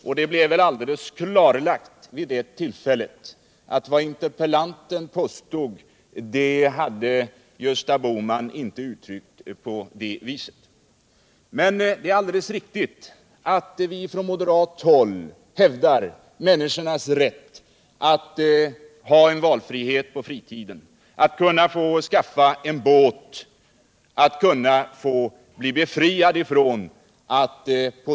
Vid det tillfället torde det ha blivit helt klarlagt att Gösta Bohman inte hade yttrat sig på det sätt som interpellanten påstod. Det är emellertid alldeles riktigt att vi från moderat håll hävdar människornas rätt att ha en valfrihet även på fritiden. att kunna skaffa sig en båt utan att det på den läggs en straffavgift.